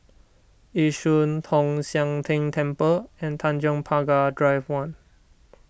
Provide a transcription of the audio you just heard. Yishun Tong Sian Tng Temple and Tanjong Pagar Drive one